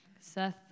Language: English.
Seth